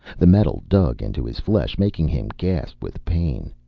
the metal dug into his flesh, making him gasp with pain.